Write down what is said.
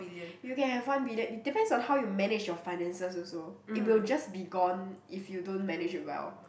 you can have one billion it depends on how to manage your finances also it will just be gone if you don't manage it well